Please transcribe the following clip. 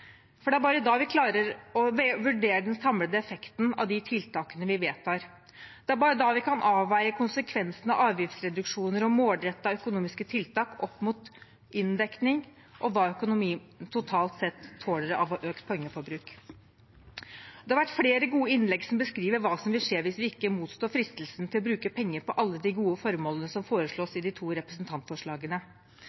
Det er bare da vi klarer å vurdere den samlede effekten av de tiltakene vi vedtar. Det er bare da vi kan avveie konsekvensene av avgiftsreduksjoner og målrettede økonomiske tiltak opp mot inndekning og hva økonomien totalt sett tåler av økt pengeforbruk. Det har vært flere gode innlegg som beskriver hva som vil skje hvis vi ikke motstår fristelsen til å bruke penger på alle de gode formålene som foreslås